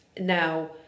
Now